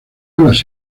las